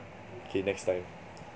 okay next time